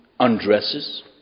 Undresses